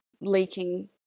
leaking